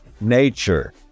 nature